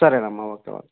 సరేనమ్మా okay okay